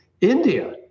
India